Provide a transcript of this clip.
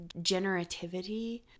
generativity